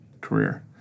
career